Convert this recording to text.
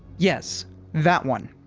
yes that one.